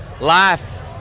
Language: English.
life